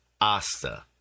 Asta